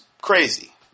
crazy